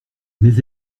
mais